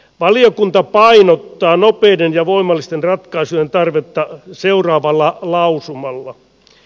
valiokunta painottaa nopeiden ja voimallisten ratkaisujen tarvetta seuraavalla lausumalla